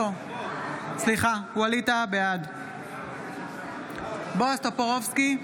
בעד בועז טופורובסקי,